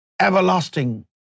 everlasting